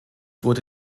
wurde